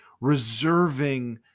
reserving